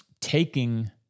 taking